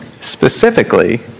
specifically